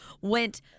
went